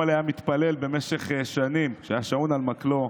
אומלה היה מתפלל במשך שנים, כשהיה שעון על מקלו,